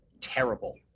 terrible